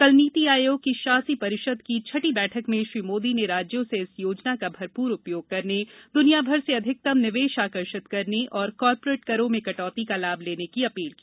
कल नीति आयोग की शासी परिषद की छठी बैठक में श्री मोदी ने राज्यों से इस योजना का भरपूर उपयोग करने दुनियाभर से अधिकतम निवेश आकर्षित करने और कॉरपोरेट करों में कटौती का लाभ लेने की अपील की